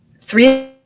Three